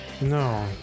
no